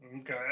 Okay